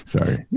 Sorry